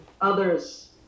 others